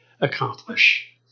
accomplish